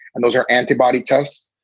and those are antibody tests,